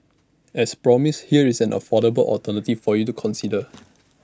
as promised here is an affordable alternative for you to consider